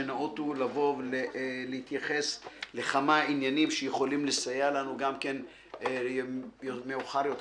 שניאותו לבוא ולהתייחס לכמה עניינים שיכולים לסייע לנו גם כן מאוחר יותר